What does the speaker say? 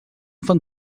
fan